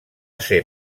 ser